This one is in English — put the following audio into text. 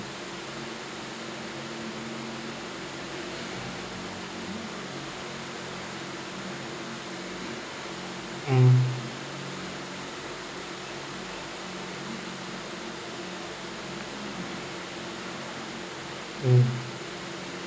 mm mm